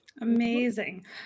amazing